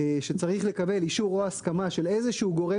שצריך לקבל אישור או הסכמה של איזשהו גורם